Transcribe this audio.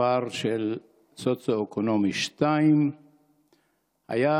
כפר בדרגה סוציו-אקונומית 2. הוא היה